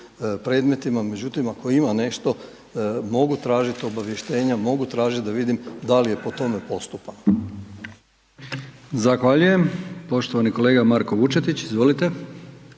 predmetima, međutim, ako ima nešto, mogu tražiti obavještenja, mogu tražiti da vidim da li je po tome postupano. **Brkić, Milijan (HDZ)** Zahvaljujem. Poštovani kolega Marko Vučetić. Izvolite.